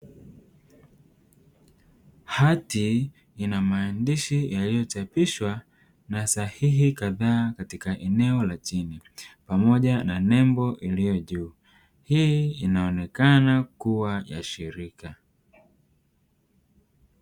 Hati ina maandishi yaliyochapishwa na sahihi kadhaa katika eneo la chini pamoja na nembo iliyo juu. Hii inaonekana kuwa ya shirika.